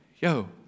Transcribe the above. yo